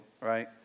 right